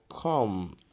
come